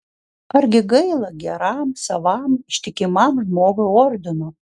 argi gaila geram savam ištikimam žmogui ordino